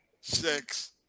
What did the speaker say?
six